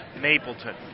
Mapleton